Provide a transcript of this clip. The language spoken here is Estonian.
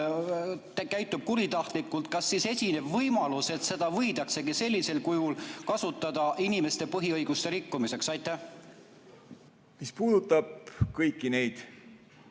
käitub kuritahtlikult, kas siis esineb võimalus, et seda võidaksegi sellisel kujul kasutada inimeste põhiõiguste rikkumiseks? Aitäh, lugupeetud istungi